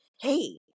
Hey